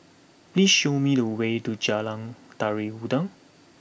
please show me the way to Jalan Tari Dulang